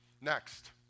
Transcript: Next